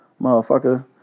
motherfucker